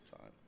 time